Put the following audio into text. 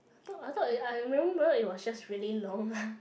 thought I thought I remember it was just really long